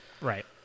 right